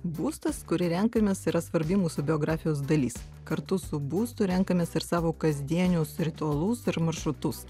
būstas kurį renkamės yra svarbi mūsų biografijos dalis kartu su būstu renkamės ir savo kasdienius ritualus ir maršrutus